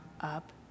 up